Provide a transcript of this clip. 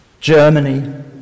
Germany